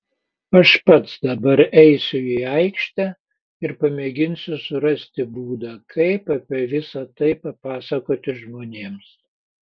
aš pats dabar eisiu į aikštę ir pamėginsiu surasti būdą kaip apie visa tai papasakoti žmonėms